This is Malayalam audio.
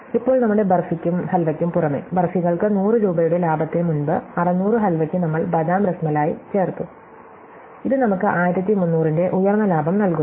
ഇപ്പോൾ നമ്മുടെ ബർഫിക്കും ഹൽവയ്ക്കും പുറമേ ബർഫികൾക്ക് 100 രൂപയുടെ ലാഭത്തിന് മുമ്പ് 600 ഹൽവയ്ക്ക് നമ്മൾ ബദാം റാസ്മലായി ചേർത്തു ഇത് നമുക്ക് 1300 ന്റെ ഉയർന്ന ലാഭം നൽകുന്നു